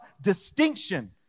distinction